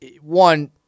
One